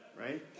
right